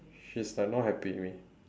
she's like not happy with me